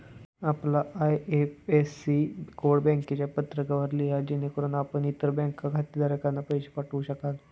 आपला IFSC code बँकेच्या पत्रकावर लिहा जेणेकरून आपण इतर बँक खातेधारकांना पैसे पाठवू शकाल